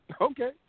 okay